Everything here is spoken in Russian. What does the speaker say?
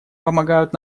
помогают